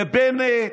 ובנט,